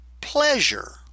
pleasure